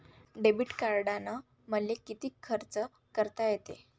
Debit कार्डानं मले किती खर्च करता येते?